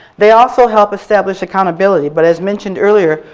they also help establish accountability, but as mentioned earlier,